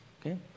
okay